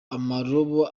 amarobo